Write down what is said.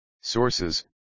Sources